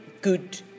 good